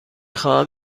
خواهم